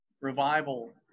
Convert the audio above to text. revival